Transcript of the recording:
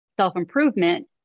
self-improvement